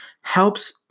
helps